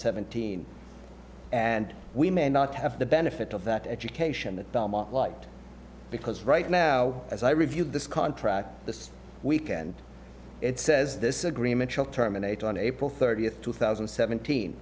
seventeen and we may not have the benefit of that education that light because right now as i reviewed this contract this weekend it says this agreement shall terminate on april thirtieth two thousand and seventeen